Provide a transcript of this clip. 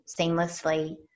seamlessly